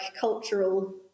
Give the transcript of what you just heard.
cultural